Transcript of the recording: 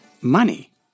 money